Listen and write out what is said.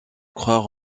croire